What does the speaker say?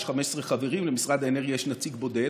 ויש בה 15 חברים ולמשרד האנרגיה יש נציג בודד,